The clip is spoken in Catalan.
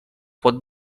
pot